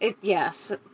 Yes